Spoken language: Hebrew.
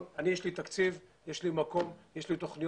יש לי תקציב, יש לי מקום, יש לי תוכניות.